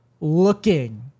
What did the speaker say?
looking